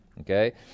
Okay